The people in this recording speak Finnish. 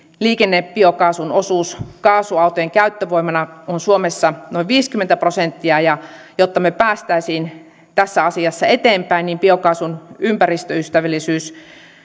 liikennebiokaasun osuus kaasuautojen käyttövoimana on suomessa noin viisikymmentä prosenttia ja jotta me pääsisimme tässä asiassa eteenpäin niin biokaasun ympäristöystävällisyys